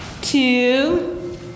two